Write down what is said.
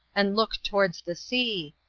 and look towards the sea,